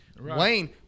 Wayne